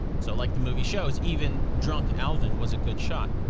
so, like the movie shows, even drunk alvin was a good shot.